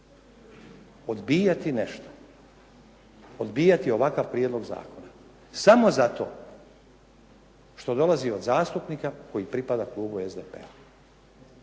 odbijati nešto, odbijati ovakav prijedlog zakona, samo zato što dolazi od zastupnika koji pripada klubu SDP-a.